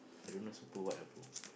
I don't know super what ah bro